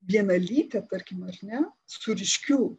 vienalytę tarkim ar ne su ryškiu